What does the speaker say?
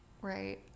Right